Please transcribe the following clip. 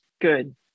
Good